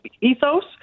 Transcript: ethos